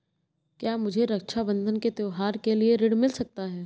क्या मुझे रक्षाबंधन के त्योहार के लिए ऋण मिल सकता है?